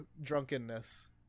drunkenness